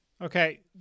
Okay